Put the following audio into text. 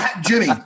Jimmy